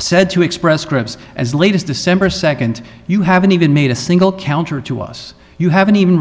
said to express scripts as late as december second you haven't even made a single counter to us you haven't even